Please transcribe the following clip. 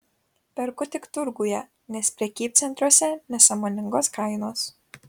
perku tik turguje nes prekybcentriuose nesąmoningos kainos